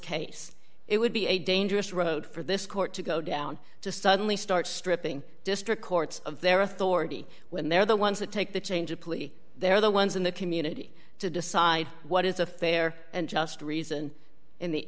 case it would be a dangerous road for this court to go down to suddenly start stripping district courts of their authority when they're the ones that take the change of plea they're the ones in the community to decide what is a fair and just reason in the